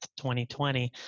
2020